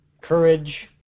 courage